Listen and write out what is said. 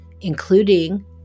including